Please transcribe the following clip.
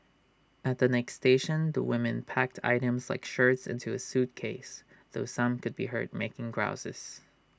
at the next station the women packed items like shirts into A suitcase though some could be heard making grouses